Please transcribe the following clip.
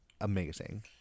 Amazing